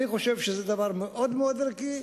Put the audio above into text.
אני חושב שזה דבר מאוד ערכי.